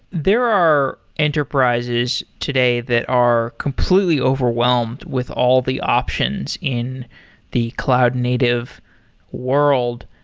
there are enterprises today that are completely overwhelmed with all the options in the cloud native world.